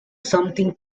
something